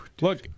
look